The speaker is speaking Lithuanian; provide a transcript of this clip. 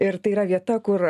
ir tai yra vieta kur